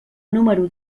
número